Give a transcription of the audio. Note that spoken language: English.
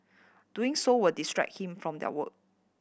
doing so will distract him from their work